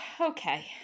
okay